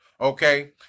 okay